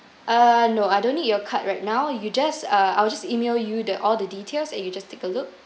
err no I don't need your card right now you just uh I'll just email you the all the details and you just take a look